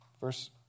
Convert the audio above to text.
Verse